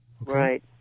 Right